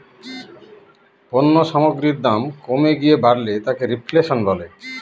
পণ্য সামগ্রীর দাম কমে গিয়ে বাড়লে তাকে রেফ্ল্যাশন বলে